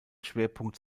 schwerpunkt